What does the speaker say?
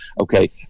Okay